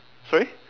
sorry